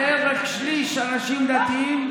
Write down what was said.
בערך שליש אנשים דתיים,